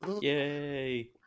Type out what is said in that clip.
Yay